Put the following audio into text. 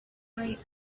right